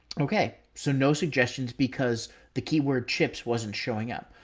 okay. so no suggestions because the keyword chips wasn't showing up.